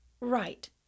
Right